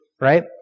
right